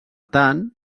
tant